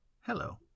Hello